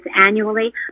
annually